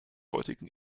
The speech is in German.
heutigen